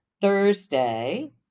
Thursday